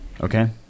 Okay